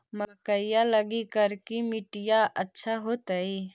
मकईया लगी करिकी मिट्टियां अच्छा होतई